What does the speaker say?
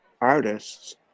artists